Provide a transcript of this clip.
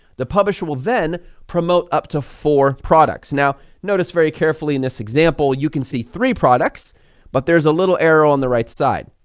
the publisher will then promote up to four products. now, notice very carefully in this example, you can see three products but there's a little arrow on the right side.